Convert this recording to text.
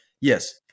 yes